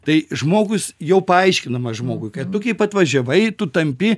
tai žmogus jau paaiškinama žmogui kad tu kaip atvažiavai tu tampi